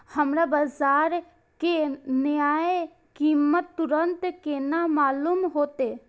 हमरा बाजार के नया कीमत तुरंत केना मालूम होते?